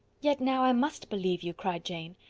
yet now i must believe you, cried jane.